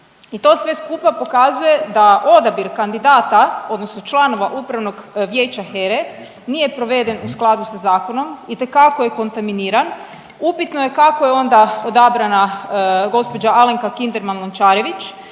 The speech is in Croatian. i to sve skupa pokazuje da odabir kandidata, odnosno članova Upravnog vijeća HERA-e nije proveden u skladu sa zakonom, itekako je kontaminiran. Upitno je kako je onda odabrana gospođa Alenka Kinderman Lončarević